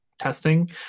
testing